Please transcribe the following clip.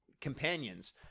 companions